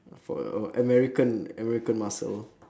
for your american american muscle